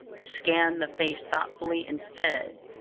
scanned the face thoughtfully, and said